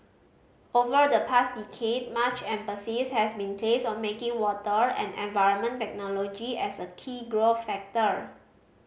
over the past decade much emphasis has been placed on making water and environment technology as a key growth sector